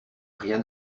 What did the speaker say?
rien